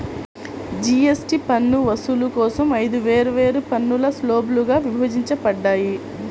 GST పన్ను వసూలు కోసం ఐదు వేర్వేరు పన్ను స్లాబ్లుగా విభజించబడ్డాయి